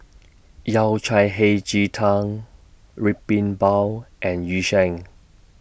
Yao Cai Hei Ji Tang Red Bean Bao and Yu Sheng